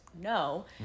no